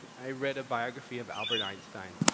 i read a biography of albert einstein,